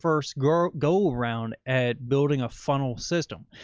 first go go around at building a funnel system.